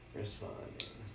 responding